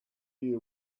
you